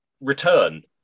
return